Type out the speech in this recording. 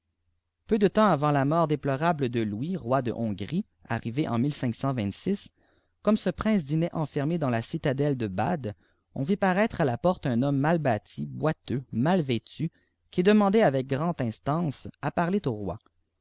peu de teiinps avant la mort déplorable de louis roi de hongrie arrivée en comme ce prince dînait enfermé dans la citadelle de bàde on vit paraître à la porte un homme mal bâti boiteux mal vétti oui demandait avec grande instance à parler au roi